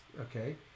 okay